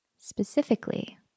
specifically